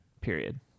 Period